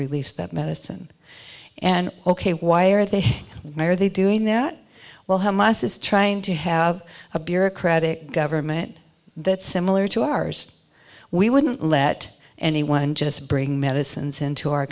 released that medicine and ok why are they are they doing that while hamas is trying to have a bureaucratic government that's similar to ours we wouldn't let anyone just bring medicines into our